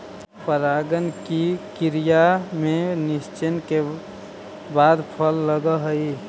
परागण की क्रिया में निषेचन के बाद फल लगअ हई